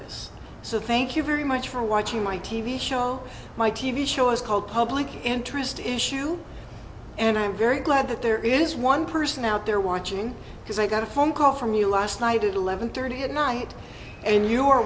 this so thank you very much for watching my t v show my t v show is called public interest in shoe and i'm very glad that there is one person out there watching because i got a phone call from you last night at eleven thirty at night and you are